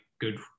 good